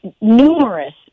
numerous